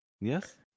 Yes